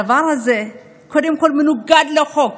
הדבר הזה קודם כול מנוגד לחוק.